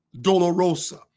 dolorosa